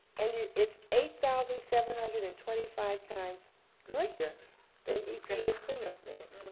and yeah it's eight thousand seven hundred and twenty five times greater than epa's clean-up standard.